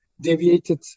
deviated